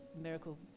miracle